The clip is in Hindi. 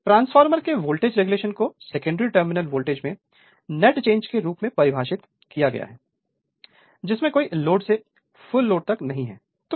Refer Slide Time 2422 ट्रांसफार्मर के वोल्टेज रेगुलेशन को सेकेंडरी टर्मिनल वोल्टेज में नेट चेंज के रूप में परिभाषित किया गया है जिसमें कोई लोड से फुल लोड तक नहीं है